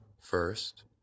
first